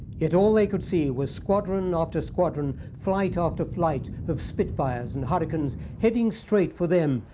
yet all they could see was squadron after squadron, flight after flight of spitfires and hurricanes heading straight for them,